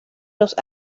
los